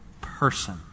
person